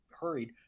hurried